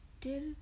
till